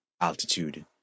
altitude